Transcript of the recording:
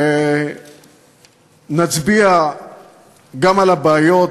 ונצביע גם על הבעיות,